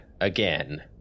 again